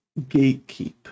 gatekeep